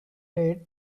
date